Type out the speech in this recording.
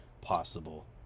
possible